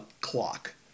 clock